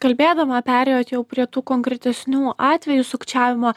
kalbėdama perėjot jau prie tų konkretesnių atvejų sukčiavimo